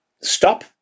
stop